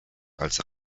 als